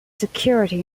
security